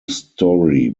story